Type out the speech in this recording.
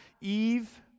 Eve